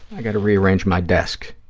i got to rearrange my desk,